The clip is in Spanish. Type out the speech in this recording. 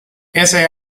ese